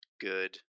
good